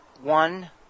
One